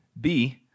B-